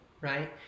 right